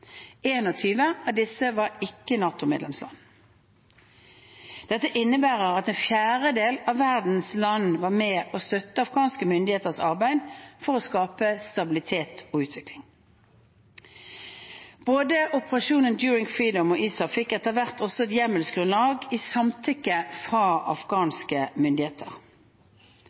av disse var ikke NATO-medlemmer. Det innebar at en fjerdedel av verdens land var med og støttet afghanske myndigheters arbeid for å skape stabilitet og utvikling. Både Operation Enduring Freedom og ISAF fikk etter hvert også hjemmelsgrunnlag i samtykke fra afghanske myndigheter.